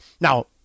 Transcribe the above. now